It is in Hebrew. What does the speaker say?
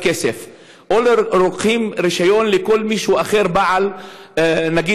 כסף או לוקחים רישיון לכל בעל מקצוע,